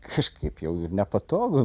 kažkaip jau nepatogu